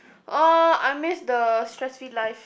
uh I miss the stress free life